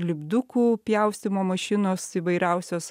lipdukų pjaustymo mašinos įvairiausios